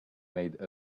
made